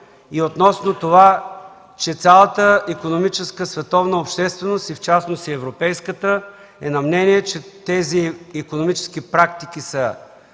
и относно, че цялата икономическа световна общественост и в частност европейската са на мнение, че тези икономически практики са